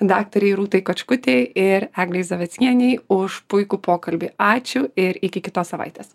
daktarei rūtai kačkutei ir eglei zaveckienei už puikų pokalbį ačiū ir iki kitos savaitės